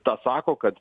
tą sako kad